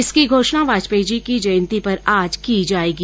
इसकी घोषणा वाजपेयी जी की जयंती पर आज की जाएगी